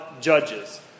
judges